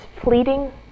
fleeting